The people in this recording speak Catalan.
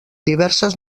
diverses